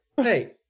Hey